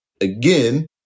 again